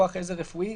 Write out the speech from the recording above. כוח עזר רפואי,